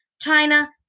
China